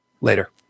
Later